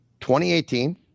2018